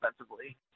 offensively